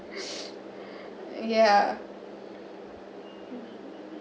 yeah